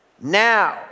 now